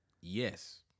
Yes